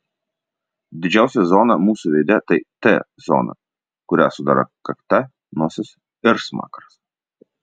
didžiausia zona mūsų veide tai t zona kurią sudaro kakta nosis ir smakras